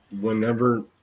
Whenever